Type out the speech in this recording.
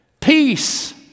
Peace